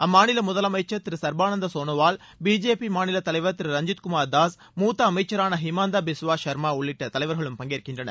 அம்மாநில முதலமைச்சர் திரு சர்பானந்த சோனோவால் பிஜேபி மாநில தலைவர் திரு ரஞ்ஜித்குமார் தாஸ் மூத்த அமைச்சரான ஹிமந்தா பிஸ்வா சர்மா உள்ளிட்ட தலைவர்களும் பங்கேற்கின்றனர்